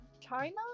China